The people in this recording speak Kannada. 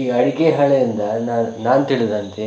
ಈ ಅಡಿಕೆ ಹಾಳೆಯಿಂದ ನಾನು ನಾನು ತಿಳಿದಂತೆ